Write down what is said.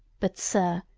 but sir,